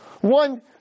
One